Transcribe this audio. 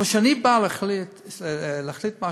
אבל כשאני בא להחליט משהו